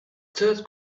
third